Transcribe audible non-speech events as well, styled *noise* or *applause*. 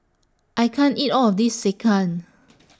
I can't eat All of This Sekihan *noise*